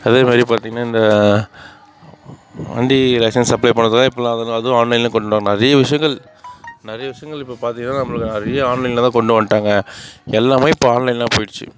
அதே மாதிரி பார்த்திங்கன்னா இந்த வண்டி லைசன்ஸ் அப்ளை பண்ணுறத்துக்கு இப்போலாம் அதுவும் ஆன்லைன்லேயே நிறைய விஷயங்கள் நிறைய விஷயங்கள் இப்போ பார்த்திங்கன்னா நம்மளுக்கு நிறைய ஆன்லைனில் தான் கொண்டு வந்துட்டாங்க எல்லாம் இப்போ ஆன்லைன்னா போய்டுச்சு